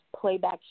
playback